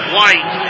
White